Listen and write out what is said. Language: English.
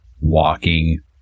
walking